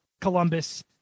Columbus